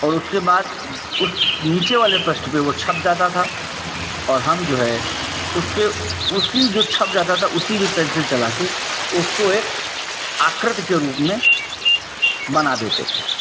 और उसके बाद उस नीचे वाले पृष्ठ पे वो छप जाता था और हम जो है उसपे उसी जो छप जाता था उसी पे पेंसिल चला के उसको एक आकृति के रूप में बना देते थे